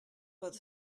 pot